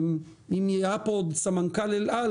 אם היה פה עוד את סמנכ"ל אל על,